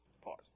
pause